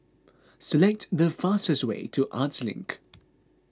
select the fastest way to Arts Link